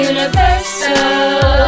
Universal